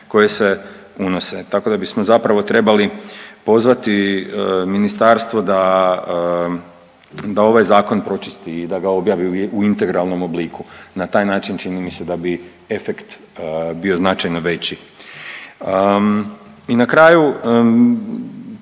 koje se unose. Tako da bismo zapravo trebali pozvati Ministarstvo da ovaj Zakon pročisti i da ga objavi u integralnom obliku. Na taj način čini mi se da bi efekt bio značajno veći. I na kraju